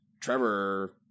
Trevor